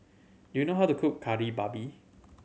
do you know how to cook Kari Babi